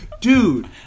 Dude